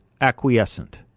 acquiescent